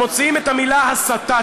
הם מוציאים את המילה "הסתה".